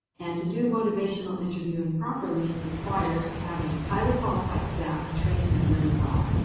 and to do motivational interviewing properly, requires having highly qualified staff and training them really well.